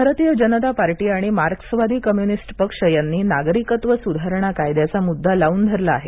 भारतीय जनता पार्टी आणि मार्क्सवादी कम्युनिस्ट पक्ष यांनी नागरिकत्व सुधारणा कायद्याचा मुद्दा लावून धरला आहे